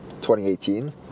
2018